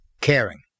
Caring